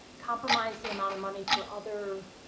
compromise the amount of money for other